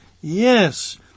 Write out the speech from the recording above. Yes